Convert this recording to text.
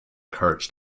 courage